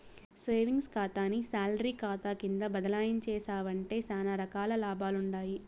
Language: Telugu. సేవింగ్స్ కాతాని సాలరీ కాతా కింద బదలాయించేశావంటే సానా రకాల లాభాలుండాయి